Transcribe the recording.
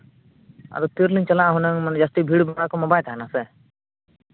ᱟᱫᱚ ᱛᱤ ᱨᱮᱞᱤᱧ ᱪᱟᱞᱟᱜᱼᱟ ᱦᱩᱱᱟᱹᱝ ᱢᱟᱱᱮ ᱡᱟᱹᱥᱛᱤ ᱵᱷᱤᱲ ᱚᱱᱟ ᱠᱚᱢᱟ ᱵᱟᱭ ᱛᱟᱦᱮᱱᱟᱥᱮ